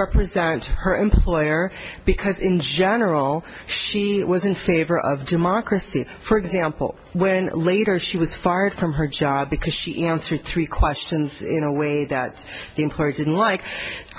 represent her employer because in general she was in favor of democracy for example when later she was fired from her job because she answered three questions in a way that the employees didn't like